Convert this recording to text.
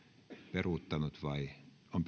peruuttanut vai on